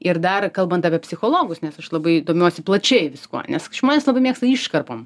ir dar kalbant apie psichologus nes aš labai domiuosi plačiai viskuo nes žmonės labai mėgsta iškarpom